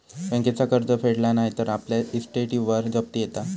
बँकेचा कर्ज फेडला नाय तर आपल्या इस्टेटीवर जप्ती येता